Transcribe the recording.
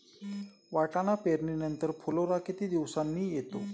वाटाणा पेरणी नंतर फुलोरा किती दिवसांनी येतो?